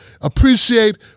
appreciate